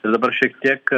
tai dabar šiek tiek